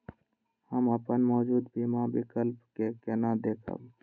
हम अपन मौजूद बीमा विकल्प के केना देखब?